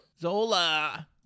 Zola